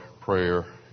prayer